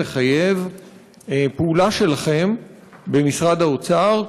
מחייב פעולה שלכם במשרד האוצר,